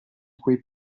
quei